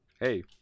Hey